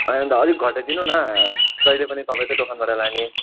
होइन दा अलिक घटाइदिनु न जहिले पनि तपाईँकै दोकानबाट लाने